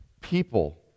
people